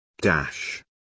Dash